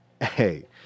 hey